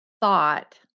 thought